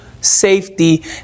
safety